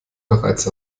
bereits